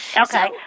Okay